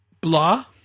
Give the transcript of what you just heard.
Blah